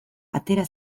atera